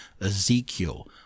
Ezekiel